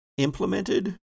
Implemented